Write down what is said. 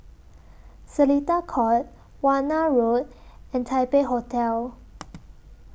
Seletar Court Warna Road and Taipei Hotel